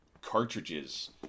cartridges